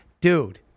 Dude